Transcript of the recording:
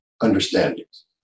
understandings